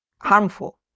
harmful